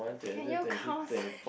can you count